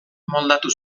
moldatu